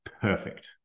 perfect